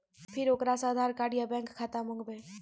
फिर ओकरा से आधार कद्दू या बैंक खाता माँगबै?